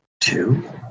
two